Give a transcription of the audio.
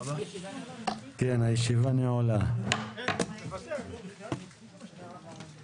הישיבה ננעלה בשעה 15:10.